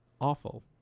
awful